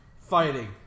fighting